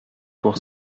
pour